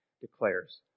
declares